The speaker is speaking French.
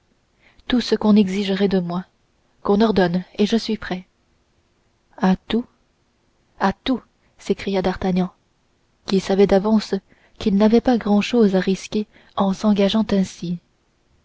tout ce qu'on exigerait de moi qu'on ordonne et je suis prêt à tout à tout s'écria d'artagnan qui savait d'avance qu'il n'avait pas grand-chose à risquer en s'engageant ainsi